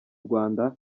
rwanda